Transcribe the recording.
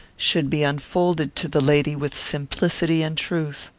should be unfolded to the lady with simplicity and truth.